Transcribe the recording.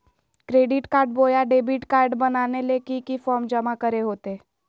Credit card बोया debit card बनाने ले की की फॉर्म जमा करे होते?